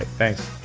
thanks